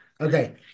okay